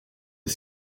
est